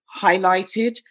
highlighted